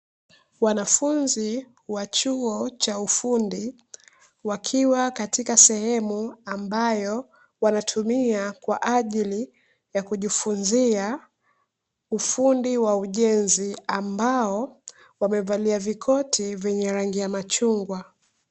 Wanafunzi wa chuo cha ufundi wakiwa katika sehemu ambayo wanatumia kwaajili ya kujifunzia ufundi wa ujenzi, ambao wamevalia vikoti vyenye rangi ya machungwa.